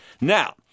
Now